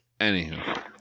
Anywho